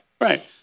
Right